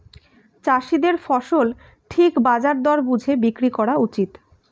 চাষীদের ফসল ঠিক বাজার দর বুঝে বিক্রি করা উচিত